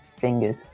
fingers